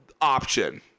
option